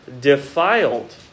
defiled